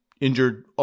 injured